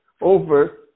over